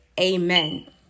Amen